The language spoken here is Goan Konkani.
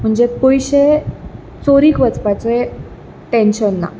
म्हणजे पयशें चोरीक वचपाचे टेन्शन ना